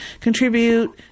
contribute